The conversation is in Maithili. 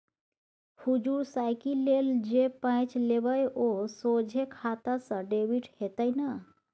हुजुर साइकिल लेल जे पैंच लेबय ओ सोझे खाता सँ डेबिट हेतेय न